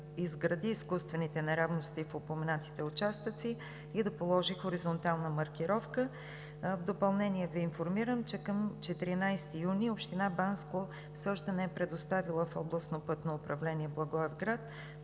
изгради изкуствените неравности по упоменатите участъци и да положи хоризонтална маркировка. В допълнение, Ви информирам, че към 14 юни Община Банско все още не е предоставила в Областно пътно управление – Благоевград,